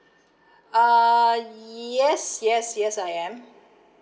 uh yes yes yes I am